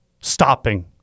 stopping